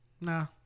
nah